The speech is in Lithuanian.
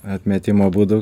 atmetimo būdu